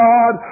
God